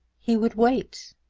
he would wait.